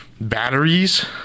batteries